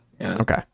Okay